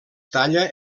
talla